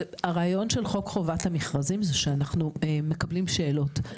אבל הרעיון של חוק חובת המכרזים זה שאנחנו מקבלים שאלות.